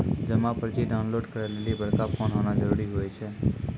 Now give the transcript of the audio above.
जमा पर्ची डाउनलोड करे लेली बड़का फोन होना जरूरी हुवै छै